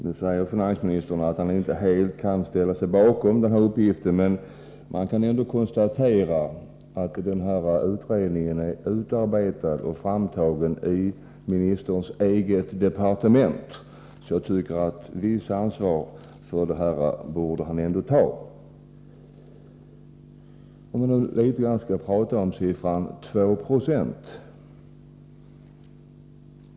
Nu säger finansministern att han inte helt kan ställa sig bakom denna uppgift, men man kan ändå konstatera att utredningen är utarbetad och framtagen i ministerns eget departement. Jag tycker således att han borde ta ett visst ansvar för den. Låt oss tala något om siffran 2 76.